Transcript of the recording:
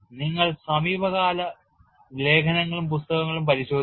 നിങ്ങൾ സമീപകാല ലേഖനങ്ങളും പുസ്തകങ്ങളും പരിശോധിക്കണം